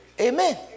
Amen